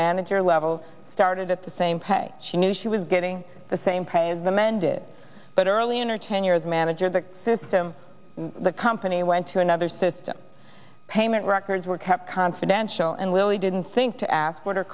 manager level started at the same pay she knew she was getting the same pay as the men did but early in her tenure as manager the system the company went to another system payment records were kept confidential and lily didn't think to ask